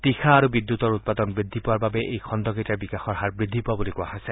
তীখা আৰু বিদ্যুতৰ উৎপাদন বৃদ্ধি পোৱাৰ বাবে এই খণ্ডকেইটাৰ বিকাশৰ হাৰ বৃদ্ধি পোৱা বুলি কোৱা হৈছে